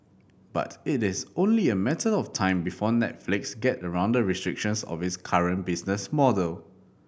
but it is only a matter of time before Netflix gets around the restrictions of its current business model